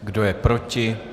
Kdo je proti?